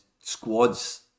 squads